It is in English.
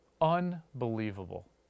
Unbelievable